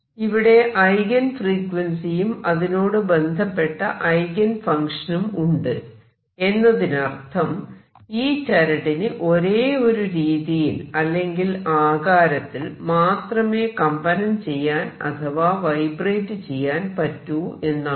ഇവിടെ ഐഗൻ ഫ്രീക്വൻസിയും അതിനോട് ബന്ധപ്പെട്ട ഐഗൻ ഫങ്ക്ഷനും ഉണ്ട് എന്നതിനർത്ഥം ഈ ചരടിന് ഒരേ ഒരു രീതിയിൽ അല്ലെങ്കിൽ ആകാരത്തിൽ മാത്രമേ കമ്പനം ചെയ്യാൻ അഥവാ വൈബ്രേറ്റ് ചെയ്യാൻ പറ്റൂ എന്നാണോ